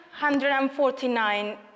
149